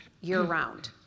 year-round